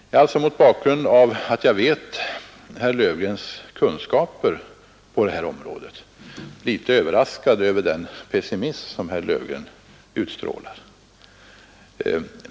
Jag är alltså mot bakgrund av att jag känner till herr Löfgrens kunskaper på det här området litet överraskad över den pessimism som herr Löfgren utstrålar.